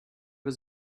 was